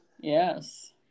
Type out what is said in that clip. yes